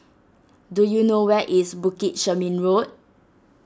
do you know where is Bukit Chermin Road